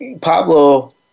Pablo